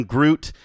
Groot